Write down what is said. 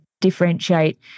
differentiate